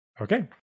okay